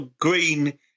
green